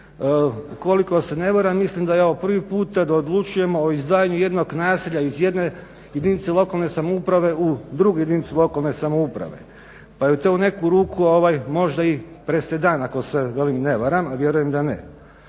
ukoliko se ne varam mislim da je ovo prvi puta da odlučujemo o izdvajanju jednog naselja iz jedne jedinice lokalne samouprave u drugu jedinicu lokalne samouprave pa je to u neku ruku možda i presedan ako se ne varam, a vjerujem da ne.